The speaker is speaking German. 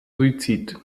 suizid